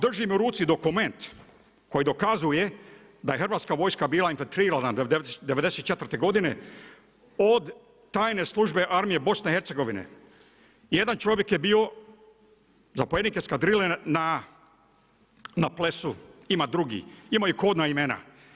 Držim u ruci dokument koji dokazuje da je Hrvatska vojska bila … '94. godine od tajne službe armije BiH. jedan čovjek je bio zapovjednik eskadrile na Plesu, ima i drugih, imaju kodna imena.